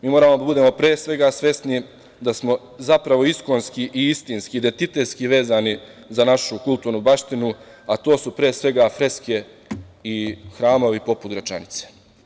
Mi moramo da budemo, pre svega, svesni da smo zapravo iskonski i istinski, identitetski vezani za našu kulturnu baštinu, a to su pre svega freske i hramovi poput Gračanice.